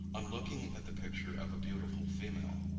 on looking at the picture of a beautiful female.